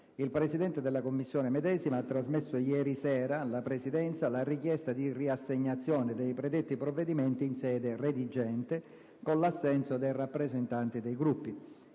il Presidente della Commissione medesima ha trasmesso ieri sera alla Presidenza la richiesta di riassegnazione dei predetti provvedimenti in sede redigente, con l’assenso dei rappresentanti dei Gruppi.